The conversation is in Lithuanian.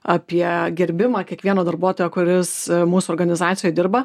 apie gerbimą kiekvieno darbuotojo kuris mūsų organizacijoje dirba